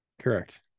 Correct